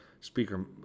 Speaker